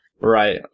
Right